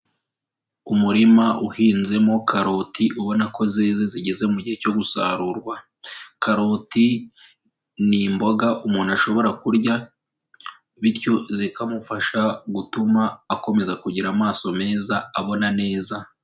Umurima uhinzemo karoti ubona ko zeze zigeze mu gihe cyo gusarurwa, karoti ni imboga umuntu ashobora kurya bityo zikamufasha gutuma akomeza kugira amaso meza abona neza.